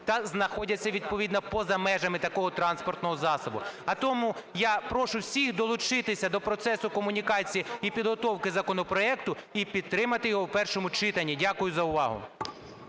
та знаходяться відповідно поза межами такого транспортного засобу. А тому я прошу всіх долучитися до процесу комунікації і підготовки законопроекту і підтримати його в першому читанні. Дякую за увагу.